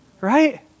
right